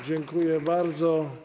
Dziękuję bardzo.